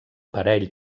parell